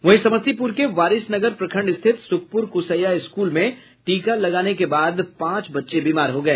वहीं समस्तीपुर के वारिसनगर प्रखंड स्थित सुखपुर कुसैया स्कूल में टीका लगाने के बाद पांच बच्चे बीमार हो गए